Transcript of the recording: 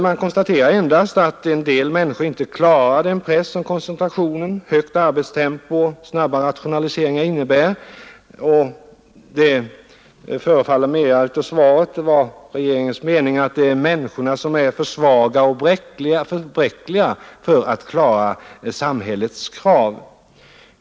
Man konstaterar endast att en del människor inte klarar den press som koncentrationen, högt arbetstempo och snabba rationaliseringar innebär, och det förefaller av svaret vara regeringens mening att det är människorna som är för svaga och bräckliga för att klara samhällets krav.